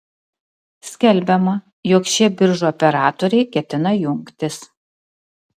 skelbiama jog šie biržų operatoriai ketina jungtis